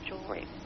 jewelry